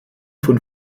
von